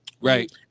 Right